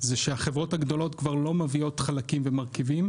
זה שהחברות הגדולות כבר לא מביאות חלקים ומרכיבות,